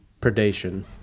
predation